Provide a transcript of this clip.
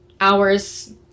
hours